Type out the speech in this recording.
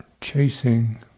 chasing